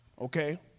okay